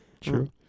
True